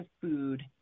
food